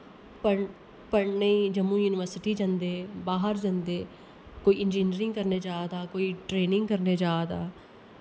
पढ़ पढ़ने गी जम्मू यूनिवर्सिटी जंदे बाहर जंदे कोई इंजीनियरिंग करने जा दा कोई ट्रेनिंग करने जा दा